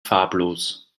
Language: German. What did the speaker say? farblos